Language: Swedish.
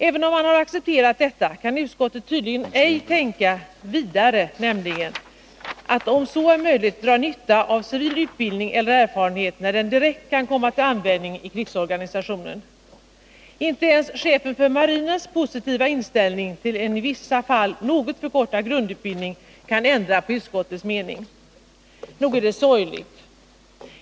Även om man har accepterat detta kan utskottet tydligen inte tänka vidare, nämligen att man om så är möjligt drar nytta av civil utbildning eller erfarenhet, när den direkt kan komma till användning i krigsorganisationen. Inte ens chefens för marinen positiva inställning till en i vissa fall något förkortad grundutbildning kan ändra på utskottets mening. Nog är det sorgligt.